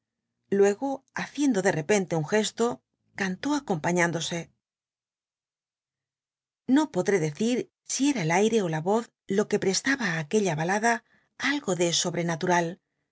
luego haciendo de repente un gesto cantó acompañándose no poch'é decir si era el aireó la yoz lo que prestaba a aq uella balada algo de sobrenatur